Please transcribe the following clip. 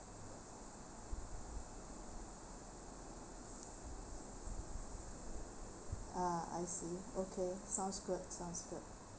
ah I see okay sounds good sounds good